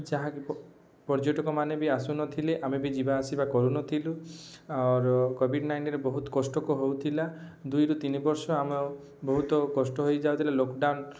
ଯାହା ପର୍ଯ୍ୟଟକ ମାନେ ବି ଆସୁନଥିଲେ ଆମେ ବି ଯିବା ଆସିବା କରୁନଥିଲୁ ଆଉ କୋଭିଡ଼ ନାଇନ୍ରେ ବହୁତ କଷ୍ଟ ହଉଥିଲା ଦୁଇରୁ ତିନି ବର୍ଷ ଆମ ବହୁତ କଷ୍ଟ ହେଇ ଯାଉଥିଲା ଲକଡ଼ାଉନ୍